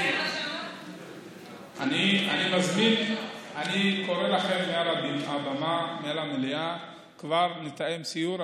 אני קורא לכם מעל הבמה לתאם סיור.